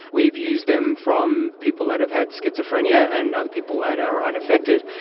we've used them from people that have had schizophrenia and other people that are unaffected.